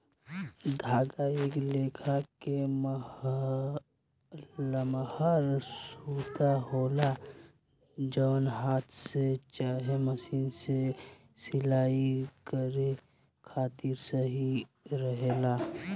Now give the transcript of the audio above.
धागा एक लेखा के लमहर सूता होला जवन हाथ से चाहे मशीन से सिलाई करे खातिर सही रहेला